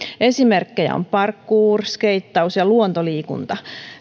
esimerkkejä ovat parkour skeittaus ja luontoliikunta